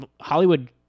Hollywood